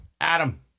Adam